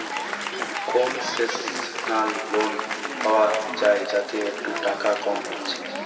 concessional loan পায়া যায় যাতে একটু টাকা কম হচ্ছে